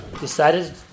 decided